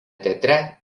teatre